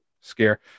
scare